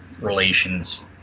relations